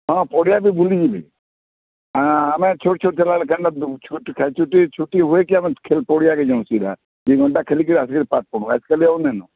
ହଁ ପଡ଼ିଆକେ ବୁଲିଯିବି ଆମେ ଛୋଟ୍ ଛୋଟ୍ ଥିଲାବେଳେ କେନ୍ତା ଛୁଟି ଖେଳ ଛୁଟି ଛୁଟି ହୁଏକି ଆମେ ଖେଲ୍ ପଡ଼ିଆରେ ଯାଉଁ ସିଧା ଦୁଇ ଘଣ୍ଟା ଖେଲିକିରି ଆସିକିରି ପାଠ୍ ପଢ଼ୁ ଆଜିକାଲି ଆଉ ନାଇନ